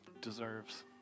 deserves